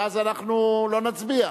ואז אנחנו לא נצביע.